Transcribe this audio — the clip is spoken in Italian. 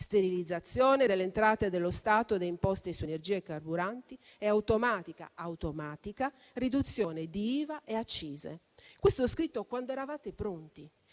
sterilizzazione delle entrate dello Stato e delle imposte su energia e carburanti e automatica riduzione di IVA e accise. Questo lo avete scritto quando eravate pronti,